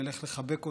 נלך לחבק אותם,